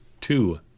two